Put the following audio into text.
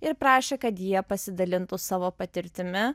ir prašė kad jie pasidalintų savo patirtimi